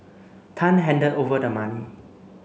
Tan handed over the money